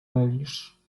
mylisz